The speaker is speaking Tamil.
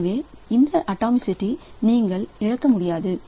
எனவே இந்த அட்டாமி சிட்டி நீங்கள் இழக்க முடியாது